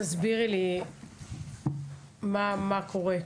תסבירי לי מה קורה,